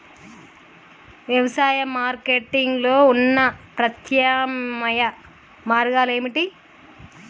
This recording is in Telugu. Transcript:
వ్యవసాయ మార్కెటింగ్ లో ఉన్న ప్రత్యామ్నాయ మార్గాలు ఏమిటి?